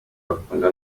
bakunda